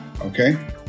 Okay